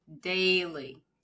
Daily